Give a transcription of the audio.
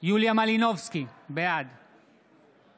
יוליה מלינובסקי, בעד